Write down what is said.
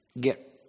get